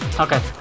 Okay